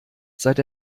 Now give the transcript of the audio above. seit